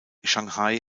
shanghai